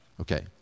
Okay